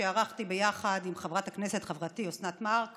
שערכתי יחד עם חברת הכנסת חברתי אוסנת מארק